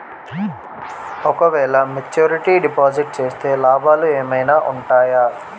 ఓ క వేల maturity deposit చేస్తే లాభాలు ఏమైనా ఉంటాయా?